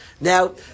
Now